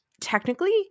technically